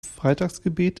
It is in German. freitagsgebet